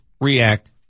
react